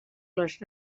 les